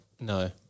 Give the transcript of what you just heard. No